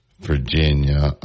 Virginia